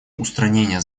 устранения